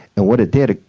and what it did,